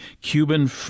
Cuban